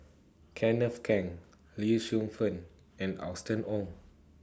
Kenneth Keng Lee Shu Fen and Austen Ong